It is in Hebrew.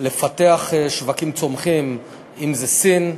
לפתח שווקים צומחים, אם סין,